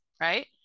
right